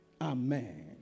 Amen